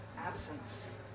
absence